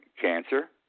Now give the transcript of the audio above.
cancer